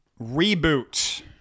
reboot